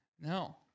No